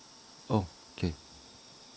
okay